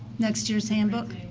next year's handbook.